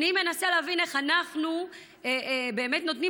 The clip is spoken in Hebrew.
אני מנסה להבין איך אנחנו באמת נותנים